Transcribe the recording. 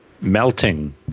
Melting